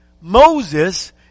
Moses